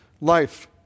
life